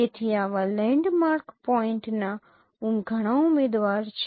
તેથી આવા લેન્ડમાર્ક પોઇન્ટના ઘણા ઉમેદવારો છે